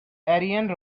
ariane